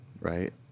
right